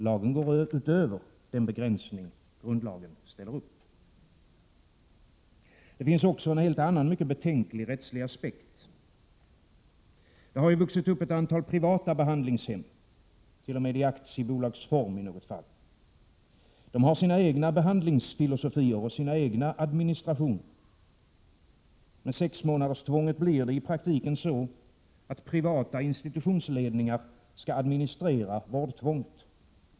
Lagen går utöver den begränsning som grundlagen ställer upp. Det finns också en helt annan mycket betänklig rättslig aspekt. Det har ju vuxit upp ett antal privata behandlingshem, i något fall t.o.m. i aktiebolagsform. De har sina egna behandlingsfilosofier och sina egna administrationer. Med sexmånaderstvånget blir det i praktiken så, att privata institutionsledningar skall administrera vårdtvånget.